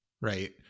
right